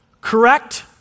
correct